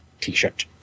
t-shirt